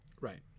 Right